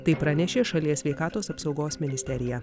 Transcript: tai pranešė šalies sveikatos apsaugos ministerija